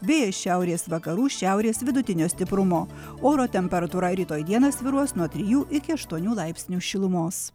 vėjas šiaurės vakarų šiaurės vidutinio stiprumo oro temperatūra rytoj dieną svyruos nuo trijų iki aštuonių laipsnių šilumos